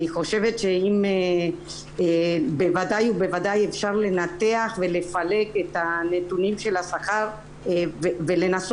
אני חושבת שבוודאי ובוודאי אפשר לנתח ולפלח את הנתונים של השכר ולנסות